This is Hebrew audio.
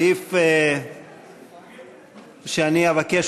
ואני אבקש,